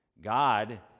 God